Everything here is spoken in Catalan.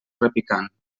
repicant